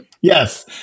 yes